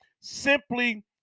Simply